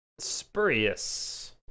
Spurious